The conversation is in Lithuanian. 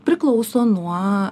priklauso nuo